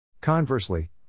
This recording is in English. Conversely